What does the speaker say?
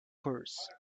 curse